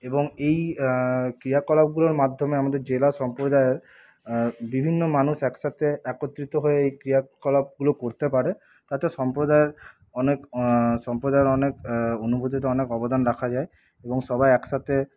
এবং এই ক্রিয়াকলাপগুলোর মাধ্যমে আমাদের জেলা সম্প্রদায়ের বিভিন্ন মানুষ একসাথে একত্রিত হয়ে এই ক্রিয়াকলাপগুলো করতে পারে তাতে সম্প্রদায়ের অনেক সম্প্রদায়ের অনেক অনুভূতিতে অনেক অবদান রাখা যায় এবং সবাই একসাথে